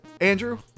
Andrew